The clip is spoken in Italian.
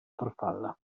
farfalla